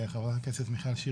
חברת הכנסת מיכל שיר.